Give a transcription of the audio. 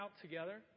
together